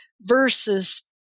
versus